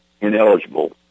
ineligible